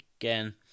again